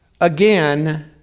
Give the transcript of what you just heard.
again